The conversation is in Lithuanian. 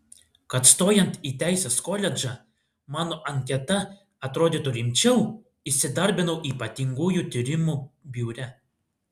kad stojant į teisės koledžą mano anketa atrodytų rimčiau įsidarbinau ypatingųjų tyrimų biure